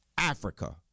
Africa